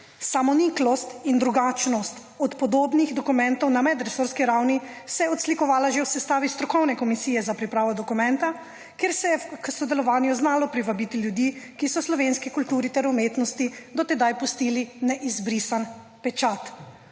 Samoniklost in drugačnost od podobnih dokumentov na medresorski ravni se je odslikovala že v sestavi strokovne komisije za pripravo dokumenta, kjer se je k sodelovanju znalo privabiti ljudi, ki so slovenski kulturi ter umetnosti do tedaj pustili neizbrisan pečat.